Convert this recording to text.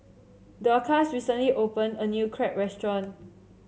Dorcas recently opened a new Crepe Restaurant